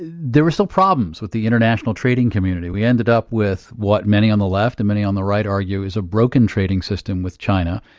there were still problems with the international trading community. we ended up with what many on the left and many on the right argue is a broken trading system with china.